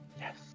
Yes